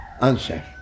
answer